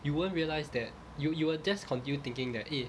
you won't realize that you you will just continue thinking that eh